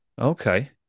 Okay